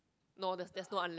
no there's there's no unle~